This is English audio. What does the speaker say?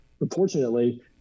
unfortunately